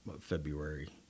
February